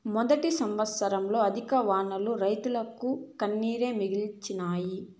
మొదటి సంవత్సరంల అధిక వానలు రైతన్నకు కన్నీరే మిగిల్చినాయి